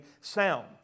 sound